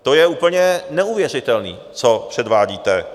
To je úplně neuvěřitelný, co předvádíte.